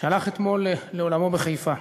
שהלך אתמול לעולמו בחיפה.